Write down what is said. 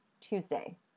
Tuesday